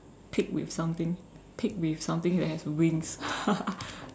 pig with something pig with something that has wings